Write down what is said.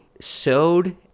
sewed